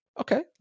okay